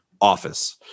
office